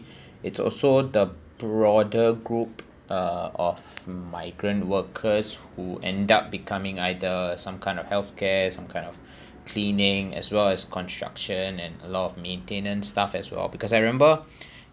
it's also the broader group uh of migrant workers who end up becoming either some kind of healthcare some kind of cleaning as well as construction and a lot of maintenance staff as well because I remember